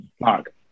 Mark